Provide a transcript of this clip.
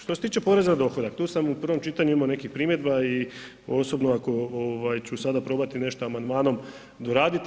Što se tiče poreza na dohodak, tu sam u prvom čitanju imao nekih primjedba i osobno ako, ću sada probati nešto amandmanom doraditi.